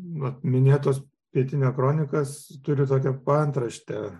vat minėtos pietinia kronikas turi tokią paantraštę